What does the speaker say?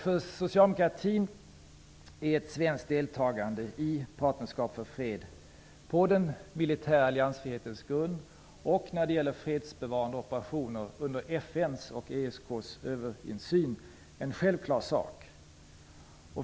För socialdemokratin är ett svenskt deltagande i Partnerskap för fred på den militära alliansfrihetens grund och under FN:s och ESK:s överinseende när det gäller fredsbevarande operationer är en självklar sak.